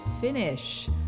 finish